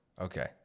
okay